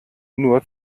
nur